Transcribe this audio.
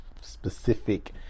specific